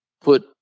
put